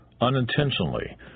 unintentionally